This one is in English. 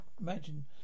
imagine